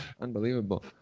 unbelievable